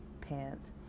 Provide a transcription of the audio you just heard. pants